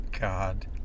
god